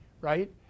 right